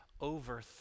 over